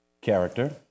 Character